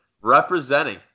representing